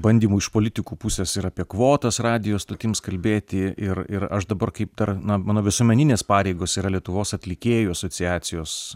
bandymų iš politikų pusės ir apie kvotas radijo stotims kalbėti ir ir aš dabar kaip dar na mano visuomeninės pareigos yra lietuvos atlikėjų asociacijos